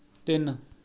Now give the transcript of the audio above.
ਤਿੰਨ